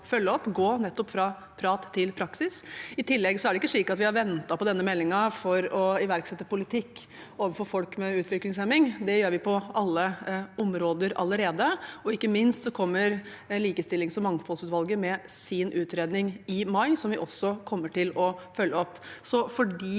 gå nettopp fra prat til praksis. I tillegg er det ikke slik at vi har ventet på denne meldingen for å iverksette politikk overfor folk med utviklingshemming. Det gjør vi på alle områder allerede. Ikke minst kommer likestillings- og mangfoldsutvalget med sin utredning i mai, som vi også kommer til å følge